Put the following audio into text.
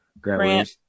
grant